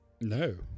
No